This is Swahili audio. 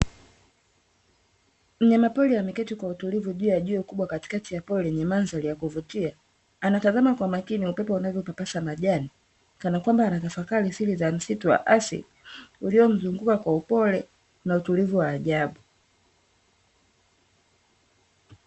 Mnyama pori ameketi kwa utulivu juu ya jiwe kubwa katikati ya pori lenye mandhari ya kuvutia, anatazama kwa makini upepo unavyopapasa majani, kana kwamba anatafakari siri za msitu wa asili, uliomzunguka kwa upole na utulivu wa ajabu.